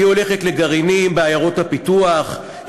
היא הולכת לגרעינים בעיירות הפיתוח,